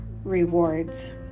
rewards